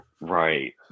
right